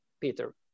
peter